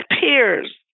peers